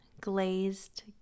glazed